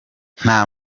nta